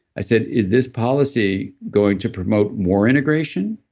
i said, is this policy going to promote more integration,